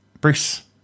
bruce